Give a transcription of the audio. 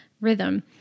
rhythm